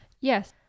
Yes